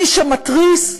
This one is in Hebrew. מי שמתריס,